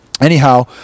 Anyhow